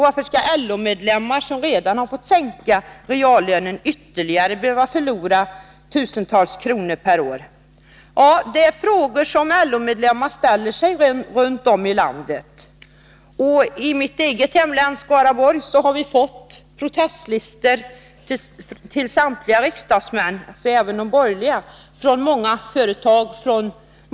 Varför skall LO-medlemmar, som redan har fått sänkt reallön, behöva förlora ytterligare tusentals kronor per år? Ja, det är frågor som LO-medlemmar runt om i landet ställer sig. Från många företag och fackliga organisationer i mitt eget hemlän, Skaraborgs län, har samtliga riksdagsmän, även de borgerliga, fått protestlistor.